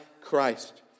Christ